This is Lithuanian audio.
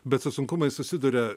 bet su sunkumais susiduria